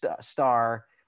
star